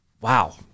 Wow